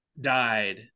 died